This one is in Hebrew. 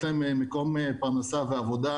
להתייחס לזה גם ברמה הכלכלית.